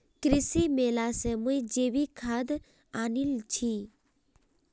कृषि मेला स मुई जैविक खाद आनील छि